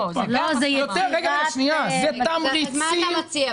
אלה תמריצים.